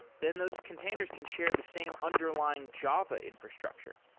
then those containers can share the same underlying java infrastructure.